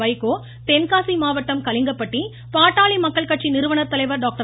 வைகோ தென்காசி மாவட்டம் கலிங்கப்பட்டி பாட்டாளி மக்கள் கட்சி நிறுவனர் தலைவர் டாக்டர்